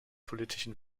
politischen